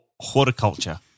horticulture